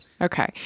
Okay